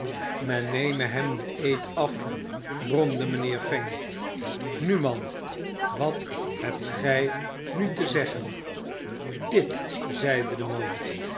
men neme hem den eed af bromde mijnheer fang nu man wat hebt gij nu te zeggen dit zeide de man